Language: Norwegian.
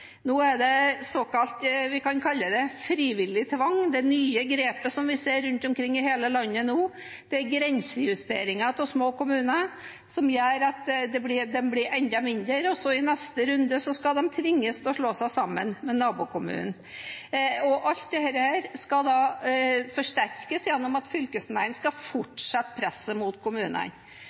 Nå er det vi kan kalle frivillig tvang, det nye grepet som vi ser i hele landet, der grensejusteringer av små kommuner gjør at de blir enda mindre, og så skal de i neste runde tvinges til å slå seg sammen med nabokommunen. Og alt dette skal forsterkes gjennom at fylkesmennene skal fortsette presset mot